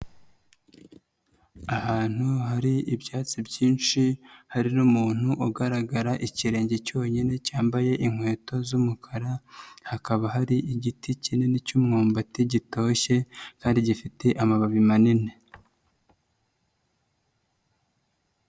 Ahantu hari ibyatsi byinshi hari umuntu ugaragara ikirenge cyonyine cyambaye inkweto z'umukara, hakaba hari igiti kinini cy'umwumbati gitoshye cyari gifite amababi manini.